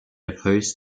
opposed